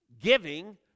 giving